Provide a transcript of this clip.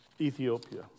Ethiopia